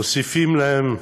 מוסיפים להם,